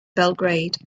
belgrade